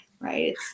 right